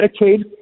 Medicaid